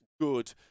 good